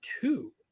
two